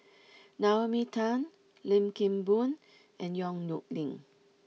Naomi Tan Lim Kim Boon and Yong Nyuk Lin